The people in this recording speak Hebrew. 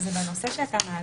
בנושא שאתה מעלה,